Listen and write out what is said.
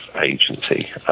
agency